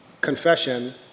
Confession